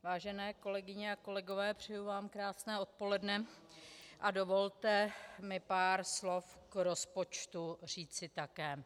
Vážené kolegyně a kolegové, přeji vám krásné odpoledne a dovolte mi pár slov k rozpočtu říci také.